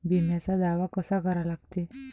बिम्याचा दावा कसा करा लागते?